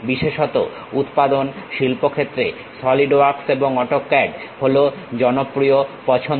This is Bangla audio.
বিশেষত উৎপাদন শিল্পক্ষেত্রে সলিড ওয়ার্কস এবং অটোক্যাড হলো জনপ্রিয় পছন্দ